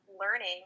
learning